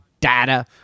data